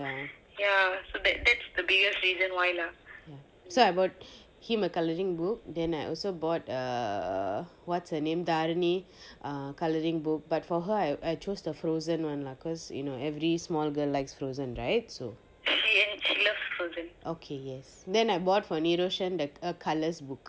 ya so I bought him a coloring book then I also bought err what's the name darni a colouring book but for her I I chose the frozen one lah cause you know every small girl likes frozen right so okay yes then I bought for nirosion a colours book